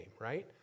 right